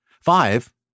Five